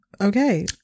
okay